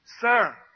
Sir